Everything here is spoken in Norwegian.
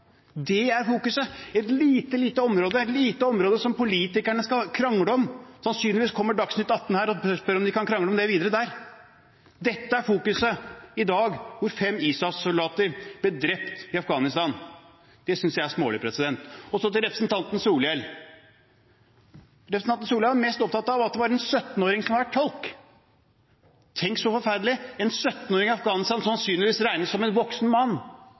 Det er fokuset. Et lite område som politikerne skal krangle om. Sannsynligvis kommer Dagsnytt atten og spør om de kan krangle om det videre der. Dette er fokuset i dag, da fem ISAF-soldater ble drept i Afghanistan. Det synes jeg er smålig. Og til representanten Solhjell, som var mest opptatt av at det var en 17-åring som har vært tolk: Tenk så forferdelig, en 17-åring i Afghanistan, som sannsynligvis regnes som en voksen mann,